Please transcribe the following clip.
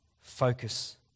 focus